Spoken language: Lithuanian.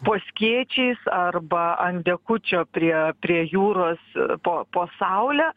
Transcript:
po skėčiais arba ant dekučio prie prie jūros po po saule